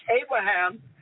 Abraham